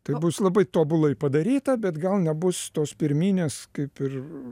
tai bus labai tobulai padaryta bet gal nebus tos pirminės kaip ir